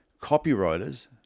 copywriters